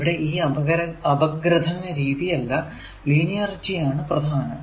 ഇവിടെ അപഗ്രഥന രീതി അല്ല ലീനിയറിറ്റി ആണ് പ്രധാനം